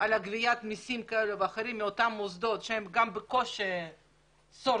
על גביית מיסים כאלה ואחרים מאותם מוסדות שבקושי שורדים